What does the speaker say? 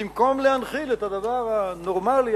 במקום להנחיל את הדבר הנורמלי,